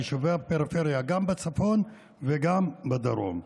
יישובי הפריפריה גם בצפון וגם בדרום.